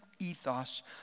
ethos